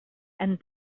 and